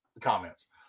comments